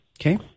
Okay